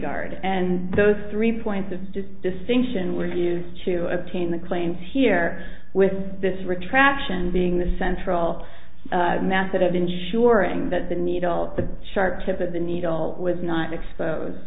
guard and those three points of distinction were used to obtain the claims here with this retraction being the central method of ensuring that the needle the sharp tip of the needle was not expose